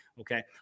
Okay